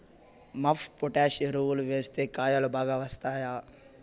MOP potash ఎరువులు వేస్తే కాయలు బాగా వస్తాయా?